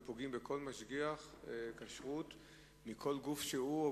פוגעים בכל משגיח כשרות מכל גוף שהוא,